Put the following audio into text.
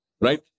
right